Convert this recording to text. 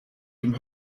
dem